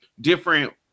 different